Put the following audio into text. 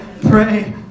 pray